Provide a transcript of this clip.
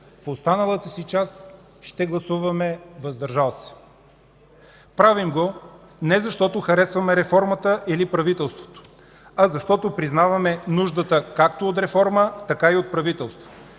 В останалата си част ще гласуваме „въздържали се”. Правим го не защото харесваме реформата или правителството, а защото признаваме нуждата както от реформа, така и от правителство.